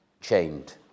chained